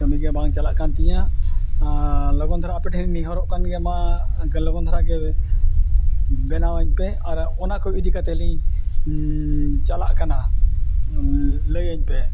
ᱠᱟᱹᱢᱤ ᱜᱮ ᱵᱟᱝ ᱪᱟᱞᱟᱜ ᱠᱟᱱ ᱛᱤᱧᱟᱹ ᱞᱚᱜᱚᱱ ᱫᱷᱟᱨᱟ ᱟᱯᱮ ᱴᱷᱮᱱᱤᱧ ᱱᱮᱦᱚᱨᱚᱜ ᱠᱟᱱ ᱜᱮᱭᱟ ᱢᱟ ᱚᱱᱠᱟ ᱞᱚᱜᱚᱱ ᱫᱷᱟᱨᱟ ᱜᱮ ᱵᱮᱱᱟᱣᱟᱹᱧ ᱯᱮ ᱟᱨ ᱚᱱᱟ ᱠᱚ ᱤᱫᱤ ᱠᱟᱛᱮᱫ ᱞᱤᱧ ᱪᱟᱞᱟᱜ ᱠᱟᱱᱟ ᱞᱟᱹᱭᱟᱹᱧ ᱯᱮ